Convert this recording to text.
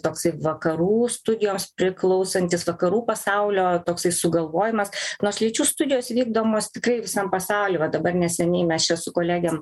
toksai vakarų studijoms priklausantis vakarų pasaulio toksai sugalvojimas nors lyčių studijos vykdomos tikrai visam pasauly va dabar neseniai mes čia su kolegėm